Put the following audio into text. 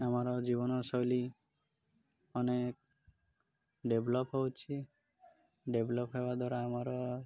ଆମର ଜୀବନ ଶୈଳୀ ଅନେକ ଡେଭଲପ୍ ହେଉଛି ଡେଭଲପ୍ ହେବା ଦ୍ୱାରା ଆମର